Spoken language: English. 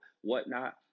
whatnot